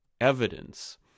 evidence